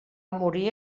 morir